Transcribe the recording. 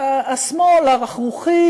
שהשמאל הרכרוכי